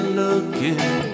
looking